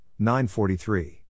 943